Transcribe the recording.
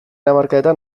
hamarkadetan